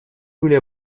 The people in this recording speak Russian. были